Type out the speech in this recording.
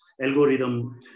algorithm